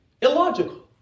Illogical